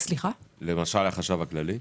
למשל, החשב הכללי.